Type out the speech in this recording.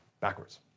Backwards